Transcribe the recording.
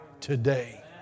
today